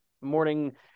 morning